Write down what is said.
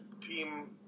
team